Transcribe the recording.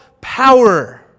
power